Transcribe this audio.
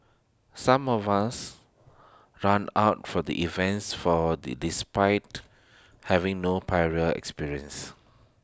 some of us ran out for the events for IT is despite having no prior experience